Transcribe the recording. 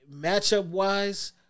matchup-wise